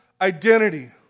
identity